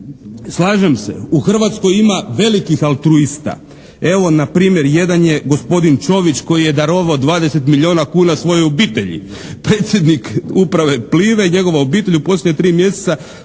Slažem se, u Hrvatskoj ima velikih altruista. Evo npr. jedan je gospodin Čović koji je darovao 20 milijuna kuna svojoj obitelji. Predsjednik uprave "Plive" i njegova obitelj u posljednja tri mjeseca